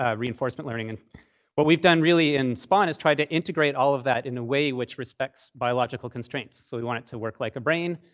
ah reinforcement learning. and what we've done really in spaun is try to integrate all that in a way which respects biological constraints. so we want it to work like a brain.